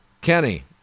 Kenny